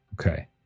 Okay